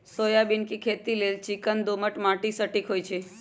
soybean के खेती लेल चिक्कन दोमट माटि सटिक होइ छइ